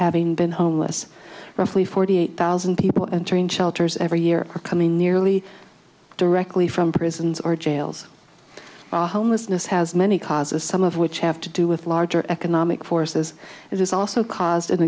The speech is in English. having been homeless roughly forty eight thousand people entering shelters every year coming nearly directly from prisons our jails are homelessness has many causes some of which have to do with larger economic forces it is also cause